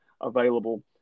available